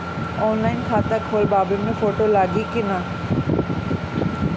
Online खाता खोलबाबे मे फोटो लागि कि ना?